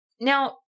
now